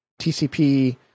TCP